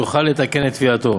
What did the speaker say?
יוכל לתקן את תביעתו.